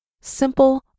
simple